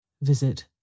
Visit